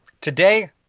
today